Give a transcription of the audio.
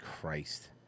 christ